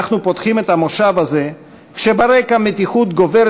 אנחנו פותחים את המושב הזה כשברקע מתיחות גוברת